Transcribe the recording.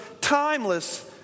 timeless